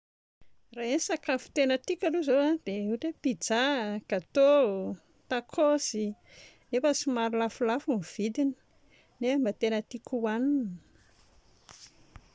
Raha hoe ny sakafo tena tiako aloha izao a dia ohatra hoe pizza, gâteau, tacos nefa somary lafolafo ny vidiny nefa mba tena tiako hohanina